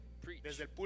preach